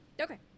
Okay